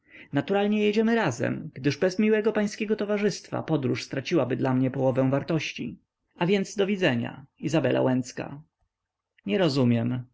naturalnie jedziemy razem gdyż bez miłego pańskiego towarzystwa podróż straciłaby dla mnie połowę wartości a więc do widzenia izabela łęcka nie rozumiem